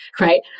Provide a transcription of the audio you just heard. Right